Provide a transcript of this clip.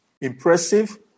Impressive